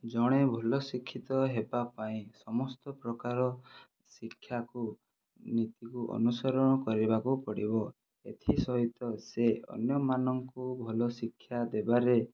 ଜଣେ ଭଲ ଶିକ୍ଷିତ ହେବା ପାଇଁ ସମସ୍ତ ପ୍ରକାର ଶିକ୍ଷାକୁ ନିତିକୁ ଅନୁସରଣ କରିବାକୁ ପଡ଼ିବ ଏଥିସହିତ ସେ ଅନ୍ୟମାନଙ୍କୁ ଭଲ ଶିକ୍ଷା ଦେବାରେ